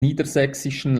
niedersächsischen